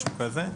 משהו כזה.